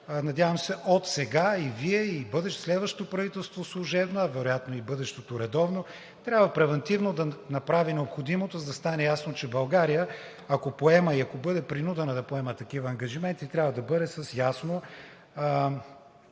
Надявам се отсега и Вие, и следващо служебно правителство, а вероятно и бъдещото редовно трябва превантивно да направи необходимото, за да стане ясно, че България, ако поема и ако бъде принудена да поема такива ангажименти, трябва да бъде с ясно